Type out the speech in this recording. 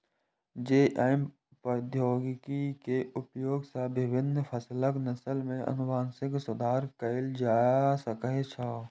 GM प्रौद्योगिकी के उपयोग सं विभिन्न फसलक नस्ल मे आनुवंशिक सुधार कैल जा सकै छै